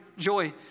joy